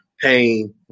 pain